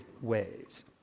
ways